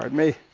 um me,